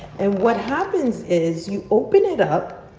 and what happens is you open it up,